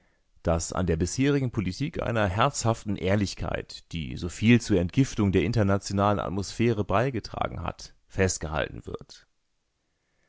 daß an der bisherigen politik einer herzhaften ehrlichkeit die soviel zur entgiftung der internationalen atmosphäre beigetragen hat festgehalten wird